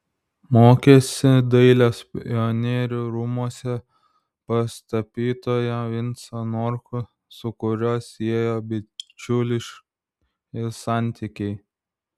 mokėsi dailės pionierių rūmuose pas tapytoją vincą norkų su kuriuo siejo bičiuliški santykiai